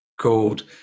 called